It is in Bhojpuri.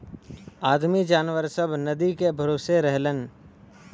आदमी जनावर सब नदी के भरोसे रहलन